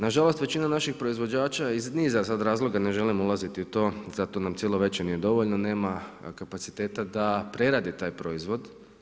Nažalost većina naših proizvođača iz niza sada razloga, ne želim ulaziti u to, za to nam cijela večer nije dovoljna, nema kapaciteta da prerade taj proizvod.